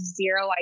zero